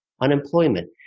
unemployment